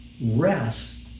rest